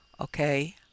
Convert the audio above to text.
okay